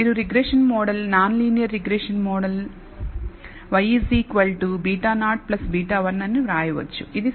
మీరు regression model nonlinear regression model y β0 β1 అని వ్రాయవచ్చు ఇది సరళ భాగం